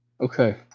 Okay